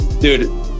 Dude